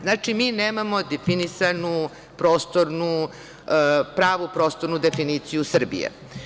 Znači, mi nemamo definisanu pravu prostornu definiciju Srbije.